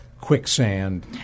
quicksand